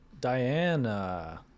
Diana